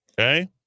okay